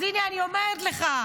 אז הינה אני אומרת לך: